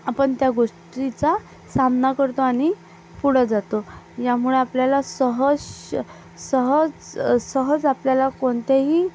आपण त्या गोष्टीचा सामना करतो आणि पुढं जातो यामुळे आपल्याला सहज सहज सहज आपल्याला कोणतेही